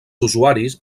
usuaris